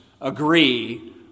agree